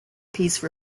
piece